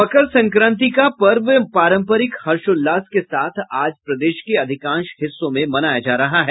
मकर संक्रांति का पर्व पारम्परिक हर्षोल्लास के साथ आज प्रदेश के अधिकांश हिस्सों में मनाया जा रहा है